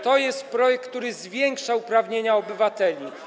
To jest projekt, który zwiększa uprawnienia obywateli.